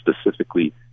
specifically